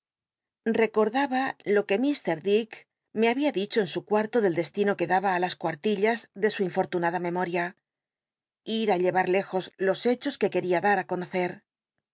ba lo que mr dick me babia dicho en su cuarto del destino que daba á las cuartillas de su infortunada memol'ia ir i lle a r le jos los hechos que quería dar á conoce